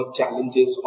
challenges